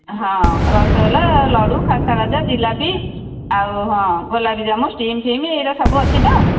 ହଁ ରସଗୋଲା ଲଡ଼ୁ ଖାସ୍ତାଗଜା ଜିଲାପି ଆଉ ହଁ ଗୋଲାପଜାମୁ ଷ୍ଟିମ୍ ଫିମ୍ ଏଇଟା ସବୁ ଅଛି ତ